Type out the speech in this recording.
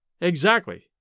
Exactly